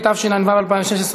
התשע"ו 2016,